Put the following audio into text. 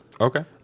Okay